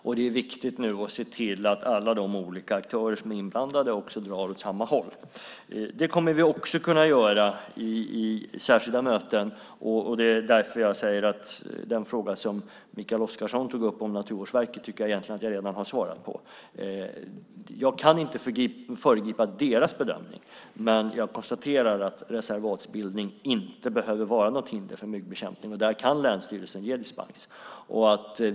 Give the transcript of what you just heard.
Nu är det viktigt att se till att alla de aktörer som är inblandade drar åt samma håll. Det kommer vi att kunna göra i särskilda möten. Det är därför jag tycker att jag redan har svarat på den fråga som Mikael Oscarsson tog upp om Naturvårdsverket. Jag kan inte föregripa deras bedömning, men jag konstaterar att reservatsbildning inte behöver vara något hinder för myggbekämpning. Där kan länsstyrelsen ge dispens.